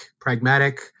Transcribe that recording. pragmatic